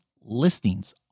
listings